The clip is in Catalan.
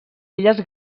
illes